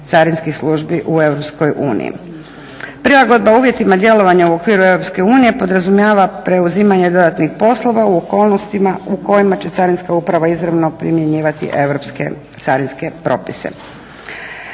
carinskih službi u EU. Prilagodba uvjetima djelovanja u okviru EU podrazumijeva preuzimanje dodatnih poslova u okolnostima u kojima će carinska uprava izravno primjenjivati europske carinske propise.